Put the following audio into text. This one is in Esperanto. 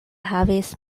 havis